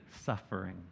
suffering